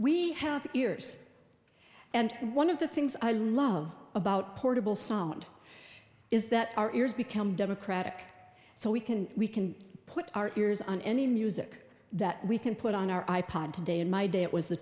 we have ears and one of the things i love about portable sound is that our ears become democratic so we can we can put our ears on any music that we can put on our i pod today in my day it was the